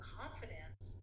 confidence